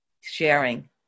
sharing